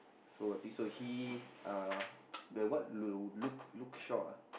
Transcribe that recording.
so I think so he uh the what the look shore look shore ah